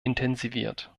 intensiviert